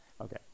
Okay